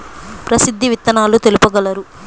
ప్రసిద్ధ విత్తనాలు తెలుపగలరు?